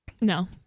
No